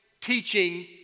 teaching